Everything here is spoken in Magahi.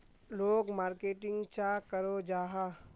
लोग मार्केटिंग चाँ करो जाहा?